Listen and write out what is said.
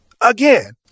Again